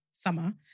Summer